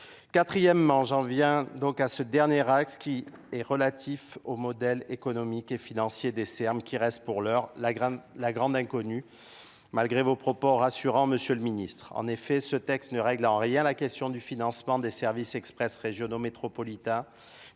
Quatrièmement, j'en viens à ce dernier axe qui est relatif au modèle économique et financier des Serbes des Serbes qui reste pour l'heure la grande la grande inconnue malgré vos proposs rassurants M., le ministre, en effet, ce texte ne règle en rien la question du financement des services express régionaux métropolitains